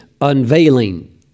unveiling